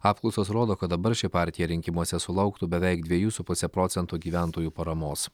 apklausos rodo kad dabar ši partija rinkimuose sulauktų beveik dviejų su puse procento gyventojų paramos